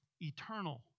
eternal